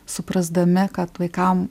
suprasdami kad vaikam